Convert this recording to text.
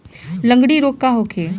लगड़ी रोग का होखेला?